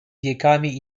wiekami